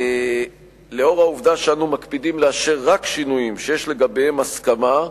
לאור העובדה שאנו מקפידים לאשר רק שינויים שיש לגביהם הסכמה,